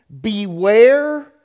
beware